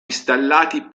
installati